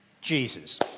Jesus